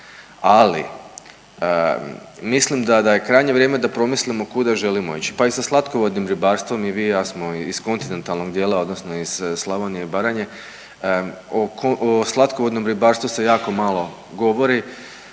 Ali, mislim da, da je krajnje vrijeme da promislimo kuda želimo ići, pa i sa slatkovodnim ribarstvom, i vi i ja smo iz kontinentalnog dijela, odnosno iz Slavonije i Baranje, o slatkovodnom ribarstvu se jako malo govori,